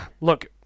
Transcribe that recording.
Look